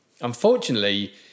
Unfortunately